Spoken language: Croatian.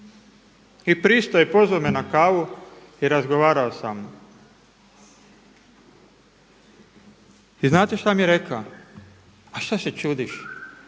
I pristao je pozvao me na kavu i razgovarao sam. I znate šta mi je rekao, a šta se čudiš,